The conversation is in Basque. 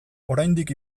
oraindik